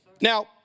Now